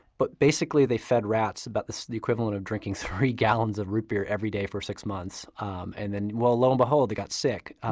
but basically they fed rats about the the equivalent of drinking three gallons of root beer every day for six months, um and then lo and behold, they got sick.